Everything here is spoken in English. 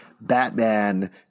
Batman